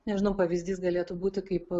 nežinau pavyzdys galėtų būti kaip